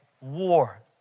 war